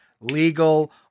legal